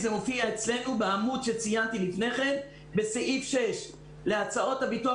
זה מופיע אצלנו בסעיף 6 להצעות הביטוח